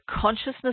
consciousness